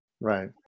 Right